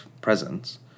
presence